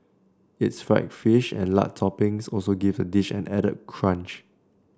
its fried fish and lard toppings also give the dish added crunch